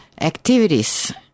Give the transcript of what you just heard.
activities